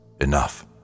enough